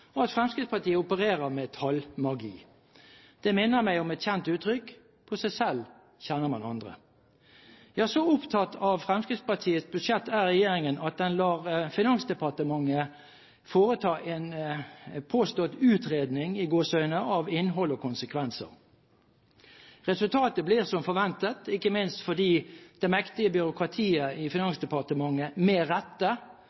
og at Fremskrittspartiet opererer med tallmagi. Det minner meg om et kjent uttrykk: På seg selv kjenner man andre. Ja, så opptatt av Fremskrittspartiets budsjett er regjeringen at den lar Finansdepartementet foreta en påstått «utredning» av innhold og konsekvenser. Resultatet blir som forventet – ikke minst fordi det mektige byråkratiet i